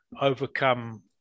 overcome